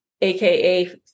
aka